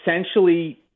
essentially